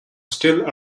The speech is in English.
still